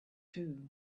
too